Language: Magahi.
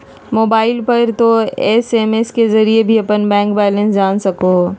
मोबाइल पर तों एस.एम.एस के जरिए भी अपन बैंक बैलेंस जान सको हो